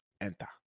enter